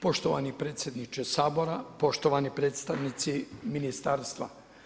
Poštovani predsjedniče Sabora, poštovani predstavnici ministarstva.